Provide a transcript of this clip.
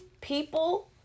people